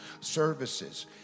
services